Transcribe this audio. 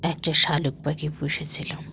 একটা শালিক পাখি পুষেছিলাম